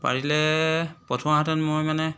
পাৰিলে পঠোৱাহেঁতেন মই মানে